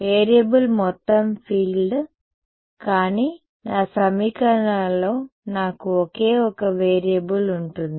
variable మొత్తం field సరే కానీ నా సమీకరణాలలో నాకు ఒకే ఒక వేరియబుల్ ఉంటుంది